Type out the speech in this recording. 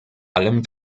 allem